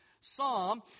psalm